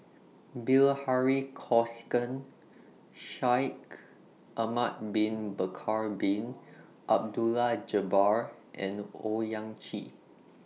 Bilahari Kausikan Shaikh Ahmad Bin Bakar Bin Abdullah Jabbar and Owyang Chi